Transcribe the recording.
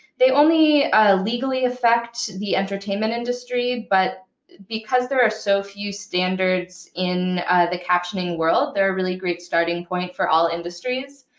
they only legally affect the entertainment industry, but because there are so few standards in the captioning world, they're a really great starting point for all industries.